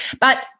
But-